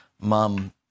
mom